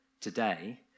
today